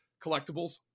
collectibles